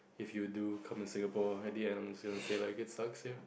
if you do come in Singapore at the end you gonna say it is sucks here